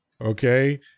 okay